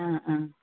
ആ ആ